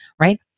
right